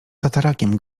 tatarakiem